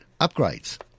upgrades